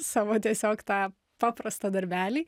savo tiesiog tą paprastą darbelį